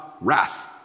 wrath